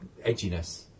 edginess